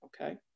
Okay